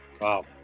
Wow